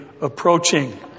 approaching